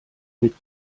mit